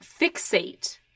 fixate